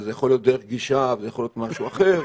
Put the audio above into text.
וזה יכול להיות דרך גישה וזה יכול להיות משהו אחר,